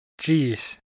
Jeez